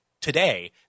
today